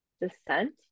descent